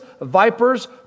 vipers